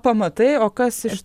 pamatai o kas iš